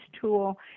tool